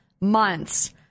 months